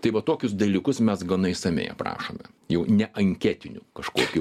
tai va tokius dalykus mes gana išsamiai aprašome jau ne anketinių kažkokių